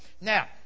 now